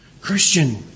Christian